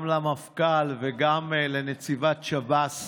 גם למפכ"ל וגם לנציבת שב"ס